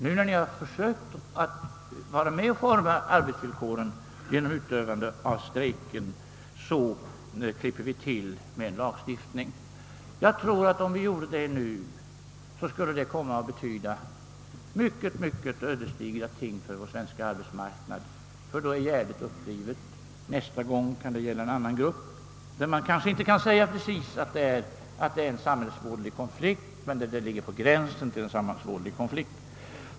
Nu när ni försöker att vara med och utforma arbetsvillkoren genom utövande av strejkrätten så klipper vi till med en lagstiftning. Jag tror att om vi gjorde så nu, så skulle det komma att få ödesdigra konsekvenser för den svenska arbetsmarknaden. Då är gärdet upprivet; nästa gång kan det gälla en annan srupp — man kanske då inte precis kan säga att det är fråga om en samhällsvådlig konflikt men kanhända att den ligger på gränsen till en samhällsvådlig konflikt.